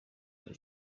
muri